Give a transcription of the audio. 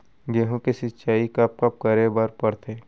गेहूँ के सिंचाई कब कब करे बर पड़थे?